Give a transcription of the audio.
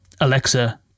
Alexa